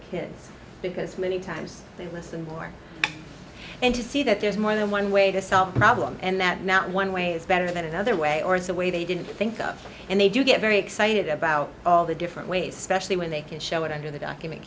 kids because many times they listen more and to see that there's more than one way to solve a problem and that now one way is better than another way or the way they didn't think up and they do get very excited about all the different ways especially when they can show it under the document